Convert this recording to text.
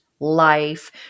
life